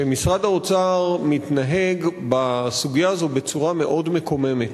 שמשרד האוצר מתנהג בסוגיה הזאת בצורה מאוד מקוממת.